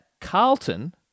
Carlton